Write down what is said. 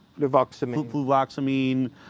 fluvoxamine